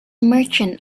merchant